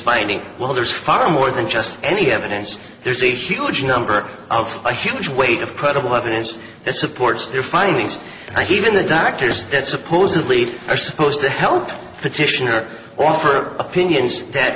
findings well there's far more than just any evidence there's a huge number of a huge weight of credible evidence that supports their findings even the doctors that supposedly are supposed to help petition or offer opinions that